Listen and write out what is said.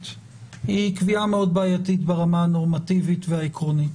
היא קביעה מאוד בעייתית ברמה הנורמטיבית והעקרונית.